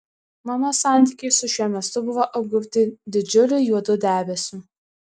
mano santykiai su šiuo miestu buvo apgaubti didžiuliu juodu debesiu